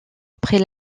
après